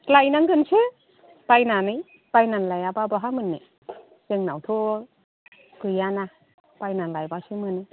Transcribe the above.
लायनांगोनसो बायनानै बायनानै लायाबा बहा मोननो जोंनावथ' गैयाना बायनानै लायबासो मोनो